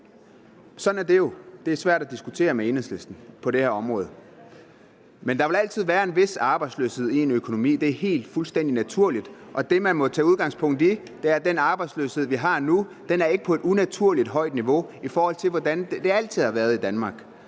Sådan er det jo, det er svært at diskutere med Enhedslisten på det område. Men der vil altid være en vis arbejdsløshed i en økonomi, det er helt fuldstændig naturligt. Og det, man må tage udgangspunkt i, er, at den arbejdsløshed, vi har nu, ikke er på et unaturligt højt niveau, i forhold til hvordan det altid har været i Danmark.